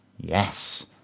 Yes